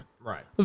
Right